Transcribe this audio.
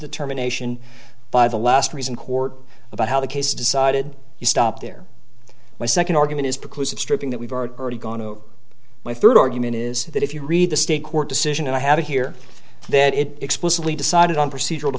determination by the last recent court about how the case is decided you stop there my second argument is because of stripping that we've already gone to my third argument is that if you read the state court decision and i have it here that it explicitly decided on procedural